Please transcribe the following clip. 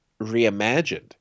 reimagined